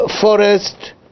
forest